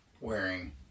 wearing